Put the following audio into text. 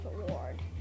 award